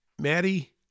Maddie